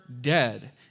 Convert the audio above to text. dead